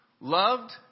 loved